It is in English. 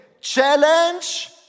challenge